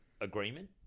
agreement